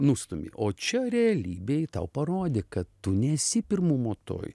nustumi o čia realybėj tau parodė kad tu nesi pirmumo toj